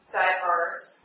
diverse